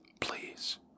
please